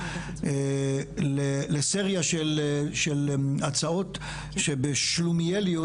לסרייה של הצעות שבשלומיאליות,